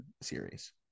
series